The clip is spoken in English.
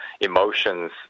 emotions